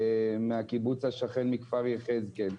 מהקיבוץ השכן, כפר יחזקאל.